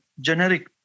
generic